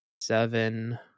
seven